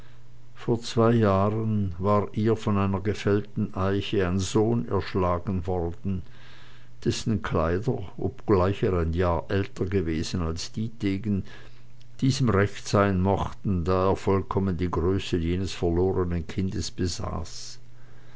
vor zwei jahren war ihr von einer gefällten eiche ein sohn erschlagen worden dessen kleider obgleich er ein jahr älter gewesen als dietegen diesem recht sein mochten da er vollkommen die größe jenes verlorenen kindes besaß